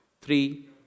Three